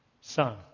Son